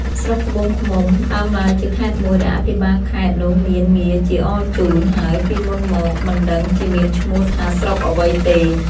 ស្រុកត្បូងឃ្មុំដើមឡើយជាខេត្តមួយ ដែលអភិបាលខេត្តនោះមានងារជាអរជូន ហើយពីមុនមកមិនដឹងជាមានឈ្មោះថាស្រុកអ្វីទេ។